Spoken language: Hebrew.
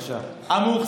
בבקשה.